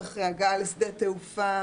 ממקום המגורים לצורך הגעה לשדה תעופה.